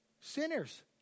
Sinners